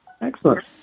Excellent